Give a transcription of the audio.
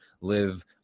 live